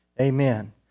Amen